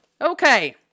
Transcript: Okay